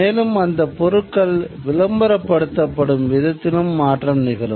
மேலும் அந்த பொருட்கள் விளம்பரப்படுத்தப்படும் விதத்திலும் மாற்றம் நிகழும்